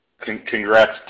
congrats